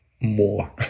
more